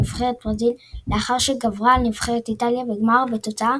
נבחרת ברזיל לאחר שגברה על נבחרת איטליה בגמר בתוצאה